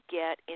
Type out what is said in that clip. get